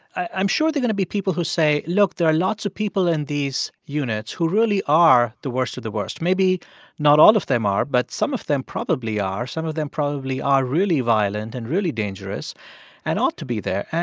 i'm sure they're going to be people who say, look there are lots of people in these units who really are the worst of the worst. maybe not all of them are, but some of them probably are. some of them probably are really violent and really dangerous and ought to be there.